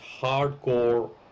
hardcore